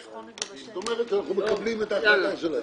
זאת אומרת שאנחנו מקבלים את ההחלטה שלהם.